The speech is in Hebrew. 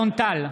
אלון טל,